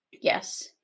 Yes